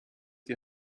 die